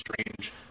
strange